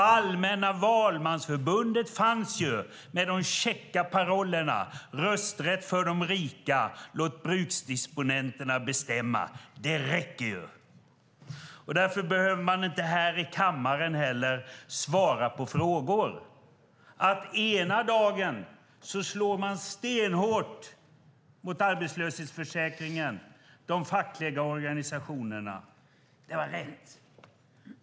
Allmänna valmansförbundet fanns ju med käcka paroller om rösträtt för de rika och att låta bruksdisponenterna bestämma. Därför behöver man inte heller här i kammaren svara på frågor. Ena dagen slår man stenhårt mot arbetslöshetsförsäkringen och de fackliga organisationerna och säger att det var rätt.